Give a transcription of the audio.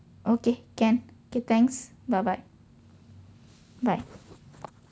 okay can okay thanks bye bye bye